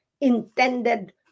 intended